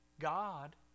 god